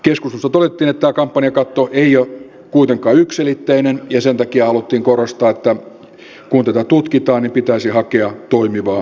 keskustelussa todettiin että tämä kampanjakatto ei ole kuitenkaan yksiselitteinen ja sen takia haluttiin korostaa että kun tätä tutkitaan niin pitäisi hakea toimivaa mallia